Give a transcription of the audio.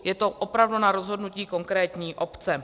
Je to opravdu na rozhodnutí konkrétní obce.